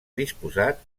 disposat